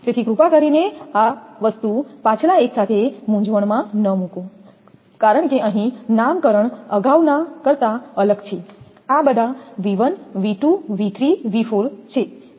તેથી કૃપા કરીને આ વસ્તુ પાછલા એક સાથે મૂંઝવણમાં ન મૂકો કારણ કે અહીં નામકરણ અગાઉના કરતા અલગ છે આ બધા 𝑣1 𝑣2 𝑣3 𝑣4 છે